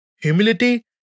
Humility